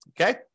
Okay